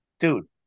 Dude